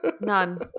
None